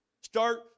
Start